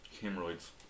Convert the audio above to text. Hemorrhoids